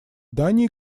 дании